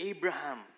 Abraham